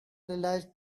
realised